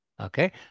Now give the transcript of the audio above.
Okay